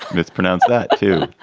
it's pronounced that too,